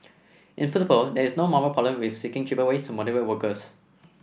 in principle there is no moral problem with seeking cheaper ways to motivate workers